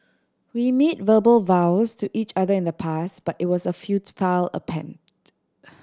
we made verbal vows to each other in the past but it was a attempt